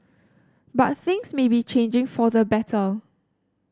but things may be changing for the better